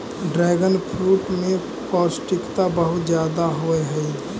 dragon fruit में पौष्टिकता बहुत ज्यादा होवऽ हइ